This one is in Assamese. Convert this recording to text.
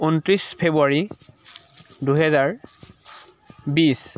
ঊনত্ৰিছ ফেব্ৰুৱাৰী দুহেজাৰ বিছ